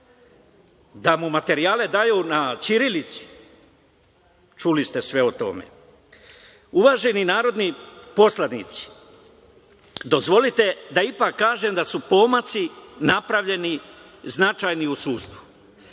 da mu materijale daju na ćirilici, čuli ste sve o tome. Uvaženi narodni poslanici, dozvolite da ipak kažem da su značajni pomaci napravljeni u sudstvu.